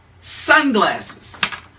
sunglasses